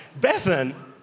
Bethan